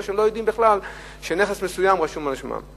או שהם לא יודעים בכלל שנכס מסוים רשום על שמם.